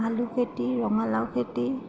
আলু খেতি ৰঙালাও খেতি